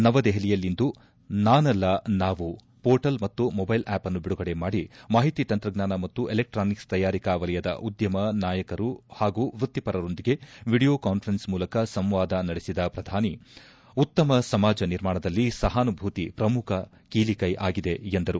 ನವದೆಪಲಿಯಲ್ಲಿಂದು ನಾನಲ್ಲ ನಾವು ಮೋರ್ಟಲ್ ಮತ್ತು ಮೊಬೈಲ್ ಆ್ಕಪ್ನ್ನು ಬಿಡುಗಡೆ ಮಾಡಿ ಮಾಹಿತಿ ತಂತ್ರಜ್ಞಾನ ಮತ್ತು ಎಲೆಕ್ಟಾನಿಕ್ಸ್ ತಯಾರಿಕಾ ವಲಯದ ಉದ್ಯಮ ನಾಯಕರು ಪಾಗೂ ವೃತ್ತಿಪರರೊಂದಿಗೆ ವಿಡಿಯೋ ಕಾನ್ಫರೆನ್ಸ್ ಮೂಲಕ ಸಂವಾದ ನಡೆಸಿದ ಪ್ರಧಾನಿ ಉತ್ತಮ ಸಮಾಜ ನಿರ್ಮಾಣದಲ್ಲಿ ಸಹಾನೂಭೂತಿ ಪ್ರಮುಖ ಕೀಲಿಕೈ ಆಗಿದೆ ಎಂದರು